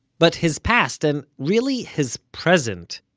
but his past, and really his present,